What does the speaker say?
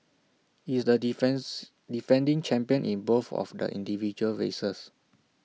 he is the defends defending champion in both of the individual races